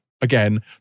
again